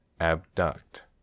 abduct